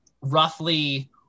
roughly